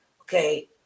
Okay